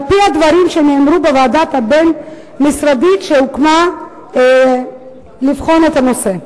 על-פי הדברים שנאמרו בוועדה הבין-משרדית שהוקמה כדי לבחון את הנושא.